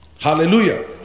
Hallelujah